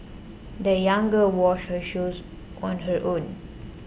the young girl washed her shoes on her own